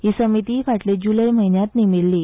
ही समिती फाटल्या जुलय म्हयन्यांत नेमिल्ली